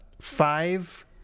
Five